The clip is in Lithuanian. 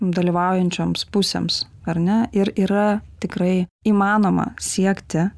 dalyvaujančioms pusėms ar ne ir yra tikrai įmanoma siekti